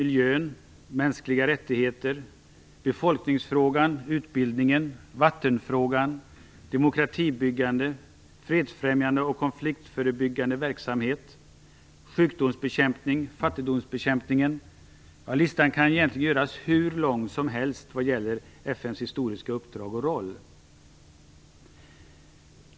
listan kan egentligen göras hur lång som helst var gäller FN:s historiska uppdrag och roll.